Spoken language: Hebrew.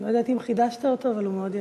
אני לא יודעת אם חידשת אותו, אבל הוא מאוד יפה.